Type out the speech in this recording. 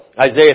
Isaiah